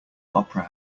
opera